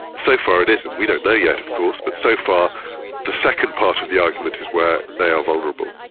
so far it isn't. we don't know yet of course, but so far the second part of the argument is where they are vulnerable.